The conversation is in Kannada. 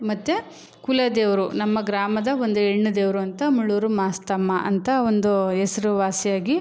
ಮತ್ತು ಕುಲದೇವರು ನಮ್ಮ ಗ್ರಾಮದ ಒಂದು ಹೆಣ್ಣು ದೇವರು ಅಂತ ಮುಳ್ಳೂರು ಮಾಸ್ತಮ್ಮ ಅಂತ ಒಂದು ಹೆಸ್ರುವಾಸಿಯಾಗಿ